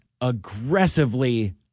aggressively